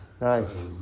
Nice